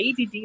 ADD